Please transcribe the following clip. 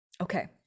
okay